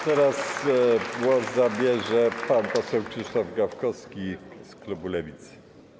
Teraz głos zabierze pan poseł Krzysztof Gawkowski z klubu Lewicy.